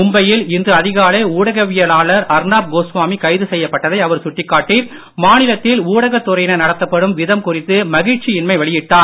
மும்பையில் இன்று அதிகாலை ஊடகவியலாளர் அர்ணாப் கோஸ்வாமி கைது செய்யப்பட்டதை அவர் சுட்டிக்காட்டி மாநிலத்தில் ஊடகத் துறையினர் நடத்தப்படும் விதம் குறித்து மகிழ்ச்சியின்மை வெளியிட்டுள்ளார்